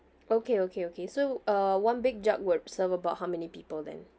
okay okay okay so uh one big jug would serve about how many people then